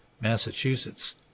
Massachusetts